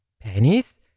Pennies